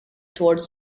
towards